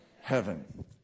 heaven